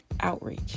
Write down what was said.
outreach